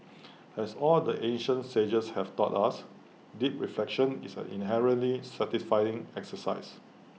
as all the ancient sages have taught us deep reflection is an inherently satisfying exercise